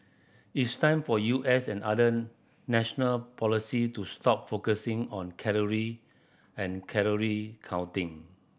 it's time for U S and other national policy to stop focusing on calorie and calorie counting